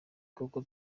koko